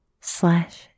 slash